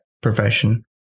Profession